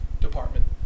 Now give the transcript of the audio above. department